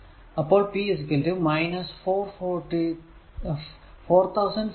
അപ്പോൾ p 4431